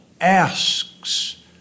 asks